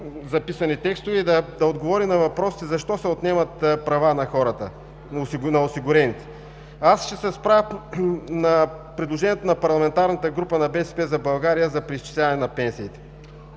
записани текстове и да отговори на въпросите защо се отнемат права на осигурените. Аз ще се спра на предложението на Парламентарната група на „БСП за България“ за преизчисляване на пенсиите.